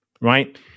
right